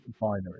binary